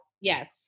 Yes